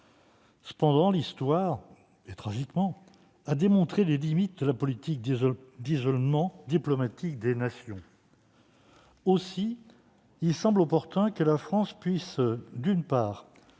Cependant, l'histoire a- tragiquement !- démontré les limites de la politique d'isolement diplomatique des nations. Aussi semble-t-il opportun que la France puisse, d'une part,